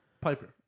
Piper